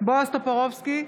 בועז טופורובסקי,